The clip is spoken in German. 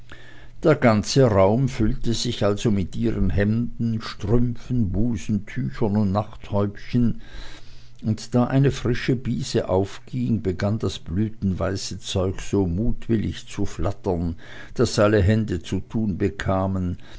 der ganze raum füllte sich also mit ihren hemden strümpfen busentüchern und nachthäubchen und da eine frische brise aufging begann das blütenweiße zeug so mutwillig zu flattern daß alle hände zu tun bekamen